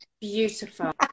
Beautiful